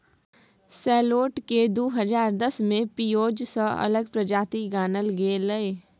सैलोट केँ दु हजार दस मे पिओज सँ अलग प्रजाति गानल गेलै